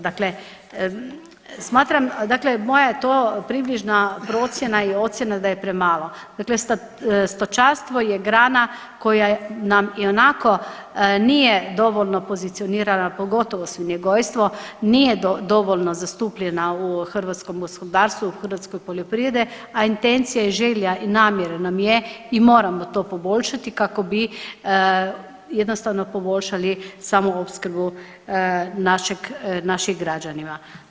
Dakle, smatram dakle moja je to približna procjena i ocjena da je premalo, dakle stočarstvo je grana koja nam i onako nije dovoljno pozicionirana, pogotovo svinjogojstvo, nije dovoljno zastupljena u hrvatskom gospodarstvu u hrvatskoj poljoprivredi, a intencija i želja i namjera nam je i moramo to poboljšati kako bi jednostavno poboljšali samu opskrbu naših građanima.